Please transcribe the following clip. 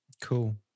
Cool